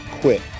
quit